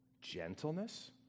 gentleness